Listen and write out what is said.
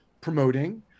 promoting